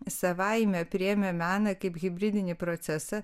savaime priėmė meną kaip hibridinį procesą